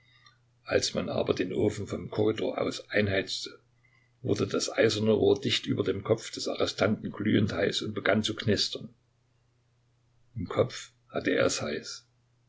als man aber den ofen vom korridor aus einheizte wurde das eiserne rohr dicht über dem kopf des arrestanten glühend heiß und begann zu knistern im kopf hatte er es heiß